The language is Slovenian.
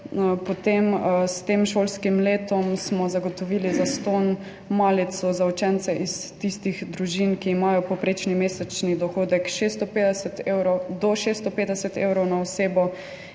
evrov. S tem šolskim letom smo zagotovili zastonj malico za učence iz tistih družin, ki imajo povprečni mesečni dohodek do 650 evrov na osebo,